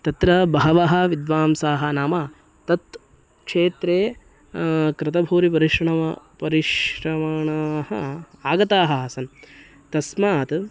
तत्र बहवः विद्वांसाः नाम तत् क्षेत्रे कृतभूरिपरिश्रमः परिश्रणाः आगताः आसन् तस्मात्